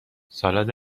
سالاد